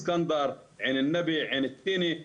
בסקאנבר, עין נאבי, עין קטיני.